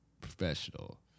professional